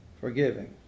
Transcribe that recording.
forgiving